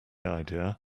idea